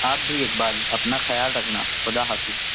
آپ بھی اقبال اپنا خیال رکھنا خدا حافظ